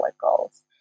goals